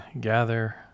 gather